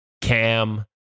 Cam